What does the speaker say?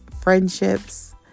friendships